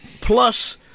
plus